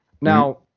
Now